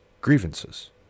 grievances